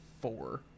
four